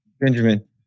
Benjamin